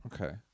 Okay